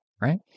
Right